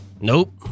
Nope